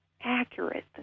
accurate